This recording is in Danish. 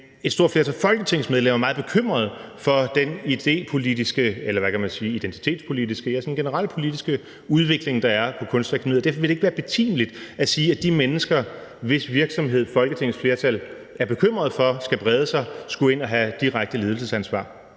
Folketingets medlemmer er meget bekymrede for den identitetspolitiske og, ja, den generelle politiske udvikling, der er på Kunstakademiet. Og derfor vil det ikke være betimeligt at sige, at de mennesker, hvis virksomhed Folketingets flertal er bekymret for skal brede sig, skulle ind og have direkte ledelsesansvar.